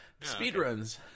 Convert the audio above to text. speedruns